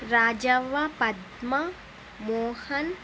Rajavva Padma Mohan